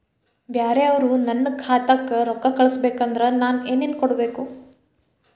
ಬ್ಯಾರೆ ಅವರು ನನ್ನ ಖಾತಾಕ್ಕ ರೊಕ್ಕಾ ಕಳಿಸಬೇಕು ಅಂದ್ರ ನನ್ನ ಏನೇನು ಕೊಡಬೇಕು?